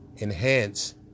enhance